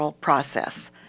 process